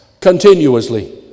continuously